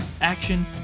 action